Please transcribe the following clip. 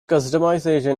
customization